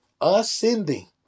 ascending